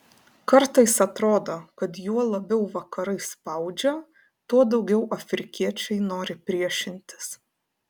kartais atrodo kad juo labiau vakarai spaudžia tuo daugiau afrikiečiai nori priešintis